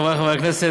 חברי חברי הכנסת,